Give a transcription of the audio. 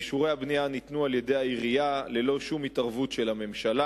אישורי הבנייה ניתנו על-ידי העירייה ללא שום התערבות של הממשלה.